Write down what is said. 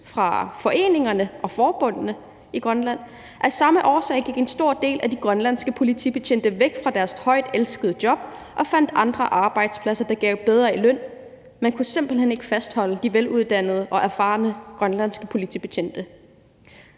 af foreningerne og forbundene i Grønland, og af samme årsag gik en stor del af de grønlandske politibetjente væk fra deres højt elskede job og fandt andre arbejdspladser, der gav en bedre løn. Man kunne simpelt hen ikke fastholde de veluddannede og erfarne grønlandske politibetjente.